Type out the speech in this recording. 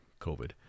COVID